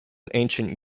ancient